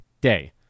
day